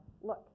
look